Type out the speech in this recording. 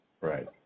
Right